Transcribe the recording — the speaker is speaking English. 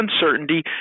uncertainty